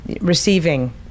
receiving